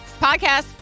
Podcast